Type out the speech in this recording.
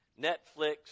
Netflix